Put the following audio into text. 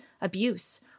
abuse